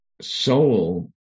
soul